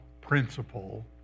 principle